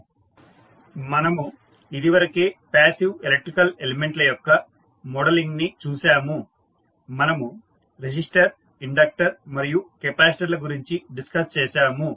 మనము ఇది వరకే పాసివ్ ఎలక్ట్రికల్ ఎలిమెంట్ ల యొక్క మోడలింగ్ ని చూసాము మనము రెసిస్టర్ ఇండక్టర్ మరియు కెపాసిటర్ ల గురించి డిస్కస్ చేసాము